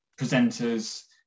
presenters